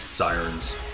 Sirens